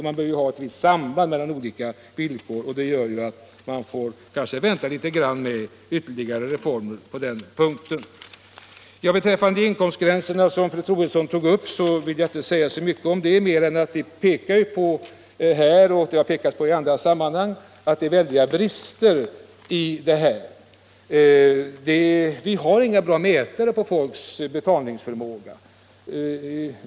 Man bör ha ett visst samband mellan olika villkor, och det gör att man kanske får vänta litet grand med ytterligare reformer på den punkten. Beträffande inkomstgränserna, som fru Troedsson tog upp, vill jag inte säga mer än att det här och i andra sammanhang har pekats på de väldiga bristerna. Vi har ingen bra mätare på människors betalningsförmåga.